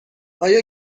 آیا